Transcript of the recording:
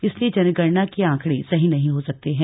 इसलिए जनगणना के आंकड़े सही नहीं हो सकते हैं